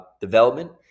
development